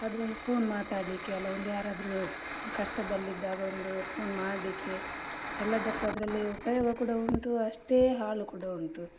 ಆದರೆ ಒಂದು ಫೋನ್ ಮಾತಾಡಲಿಕ್ಕೆ ಇಲ್ಲ ಒಂದು ಯಾರಾದರೂ ಕಷ್ಟದಲ್ಲಿದ್ದಾಗ ಒಂದು ಫೋನ್ ಮಾಡಲಿಕ್ಕೆ ಎಲ್ಲದಕ್ಕೆ ಅದರಲ್ಲಿ ಉಪಯೋಗ ಕೂಡ ಉಂಟು ಅಷ್ಟೇ ಹಾಳು ಕೂಡ ಉಂಟು